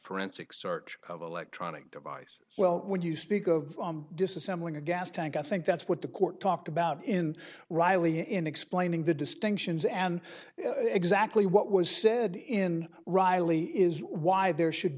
forensic search of electronic devices well when you speak of disassembling a gas tank i think that's what the court talked about in riley in explaining the distinctions and exactly what was said in riley is why there should